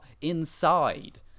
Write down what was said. inside